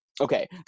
okay